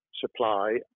supply